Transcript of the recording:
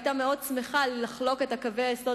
היתה מאוד שמחה לחלוק אתנו את קווי היסוד